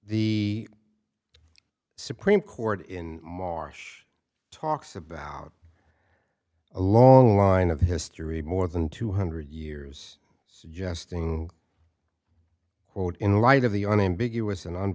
the supreme court in marsh talks about a long line of history more than two hundred years suggesting in light of the unambiguous and